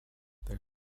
there